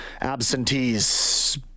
absentees